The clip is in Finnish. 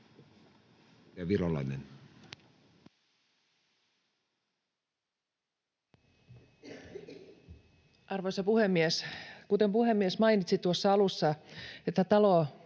Arvoisa puhemies! Puhemies mainitsi tuossa alussa, että ”talo